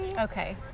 Okay